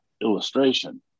illustration